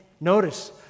notice